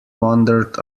wondered